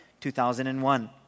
2001